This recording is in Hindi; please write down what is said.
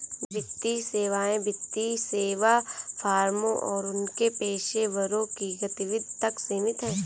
वित्तीय सेवाएं वित्तीय सेवा फर्मों और उनके पेशेवरों की गतिविधि तक सीमित हैं